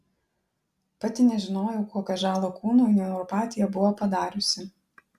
pati nežinojau kokią žalą kūnui neuropatija buvo padariusi